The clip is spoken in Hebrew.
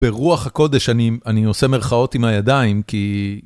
ברוח הקודש אני עושה מרחאות עם הידיים כי...